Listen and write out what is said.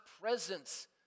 presence